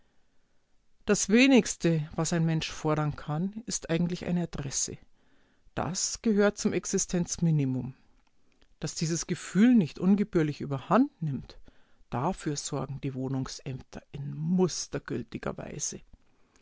das wenigste was ein mensch fordern kann ist eigentlich eine adresse das gehört zum existenzminimum daß dieses gefühl nicht ungebührlich überhand nimmt dafür sorgen die wohnungsämter in mustergültiger weise